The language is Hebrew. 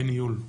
אין ניהול.